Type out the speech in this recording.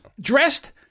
dressed